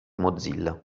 mozilla